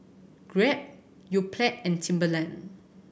Grab Yoplait and Timberland